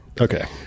okay